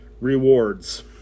Rewards